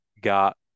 got